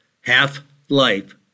half-life